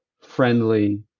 friendly